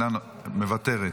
מוותרת,